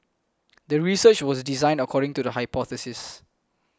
the research was designed according to the hypothesis